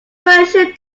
version